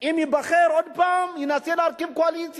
אם הוא ייבחר עוד פעם, הוא ינסה להקים קואליציה.